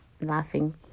laughing